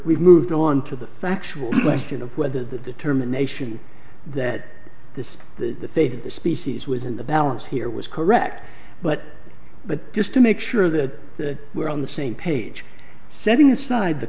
were moved on to the factual question of whether the determination that this the fate of the species was in the balance here was correct but but just to make sure that the were on the same page setting aside the